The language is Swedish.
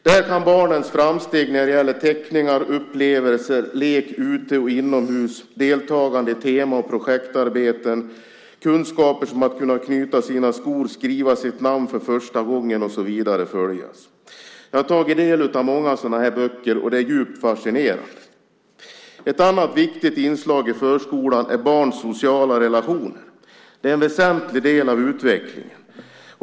Där kan barnens framsteg följas när det gäller teckningar, upplevelser, lek ute och inomhus, deltagande i tema och projektarbeten, kunskaper som att kunna knyta sina skor och skriva sitt namn för första gången och så vidare. Jag har tagit del av många sådana böcker, och de är djupt fascinerande. Ett annat viktigt inslag i förskolan är barns sociala relationer. De är en väsentlig del av utvecklingen.